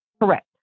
Correct